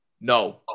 No